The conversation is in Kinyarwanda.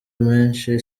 menshi